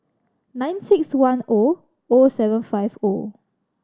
nine six one O O seven five O